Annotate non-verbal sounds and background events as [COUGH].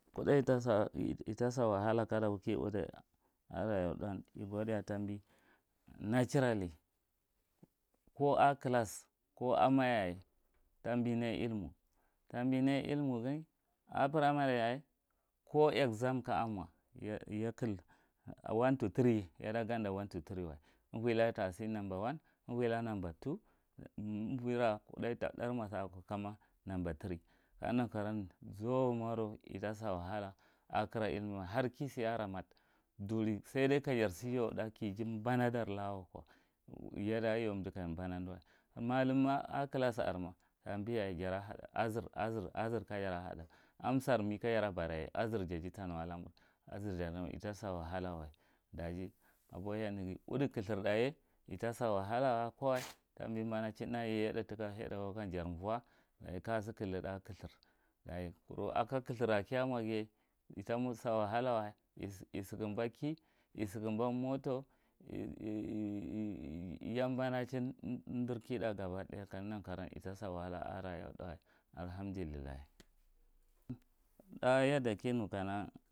Kuth’a itasa, itasa wahala kiudi alyaύdan igadiye atambe naturally ka ako class ko ama yaye tabi nai ilmu tabi nai ilmuge ako primary yaye ko exam ka a mo yaccle one to thre umvo laka yada gatda one to three wa umvolaka itasi number one umvolaka itasi number two umvora kuth’a ita thar mo sako kama number three kaneghi nan karawai zaumarou itasa wahalaye a ko kira ilmuye har kisi ako ramat duli saki jibanadar laka wako yada ya umdai duri sadai kajar thu ya uda kija banadan laka wako yada ya umdi kabana we, matsan ma ako classma samba yaye jara hada azir azir ka jara hada amweri me kamura bara yaye azir jati ta nu walami ita sa wahalawa da udi kthur ye ita sa wahala yaya tha tika head of works jarvo dachi kadasi cllida aka cl thur dachi alo clthurra kiyamo itasa wahalawa isu kumba isukumba moto, [HESITATION] yabanachin umdir kida gaba daya kaneghi nan karauwan itasa wahalawa ako raye thuwe alhamdilila. [UNINTELLIGIBLE]